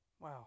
Wow